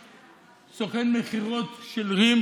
של חברי הכנסת אבי ניסנקורן,